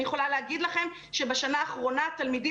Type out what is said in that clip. אני יכולה להגיד לכם שבשנה האחרונה תלמידים